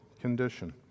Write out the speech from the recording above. condition